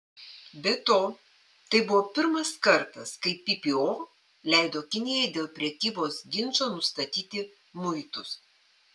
be to tai buvo pirmas kartas kai ppo leido kinijai dėl prekybos ginčo nustatyti muitus